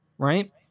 Right